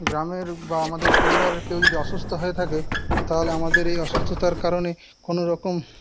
গ্রামের বা আমাদের পরিবারের কেউ যদি অসুস্থ হয়ে থাকে তো তাহলে আমাদের এই অসুস্থতার কারণে কোনোরকম